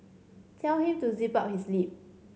tell him to zip up his lip